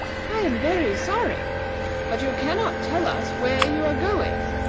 i am very sorry but you cannot tell us where you are going,